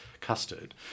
custard